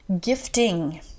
Gifting